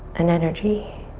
an energy,